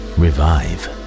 revive